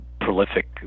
prolific